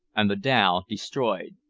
and the dhow destroyed.